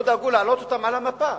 לא דאגו להעלות אותם על המפה,